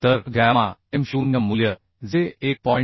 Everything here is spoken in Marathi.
तर गॅमा m0 मूल्य जे 1